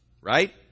right